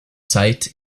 zeit